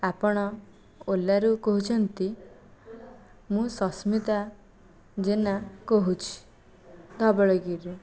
ଆପଣ ଓଲାରୁ କହୁଛନ୍ତି ମୁଁ ସସ୍ମିତା ଜେନା କହୁଛି ଧବଳଗିରିରୁ